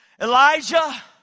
Elijah